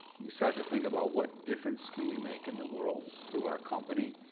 you start to think about what difference can we make in the world through our company,